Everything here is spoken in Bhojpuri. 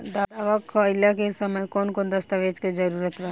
दावा कईला के समय कौन कौन दस्तावेज़ के जरूरत बा?